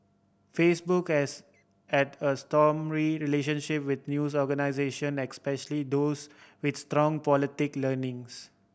Facebook has had a stormy relationship with news organisation especially those with strong politic leanings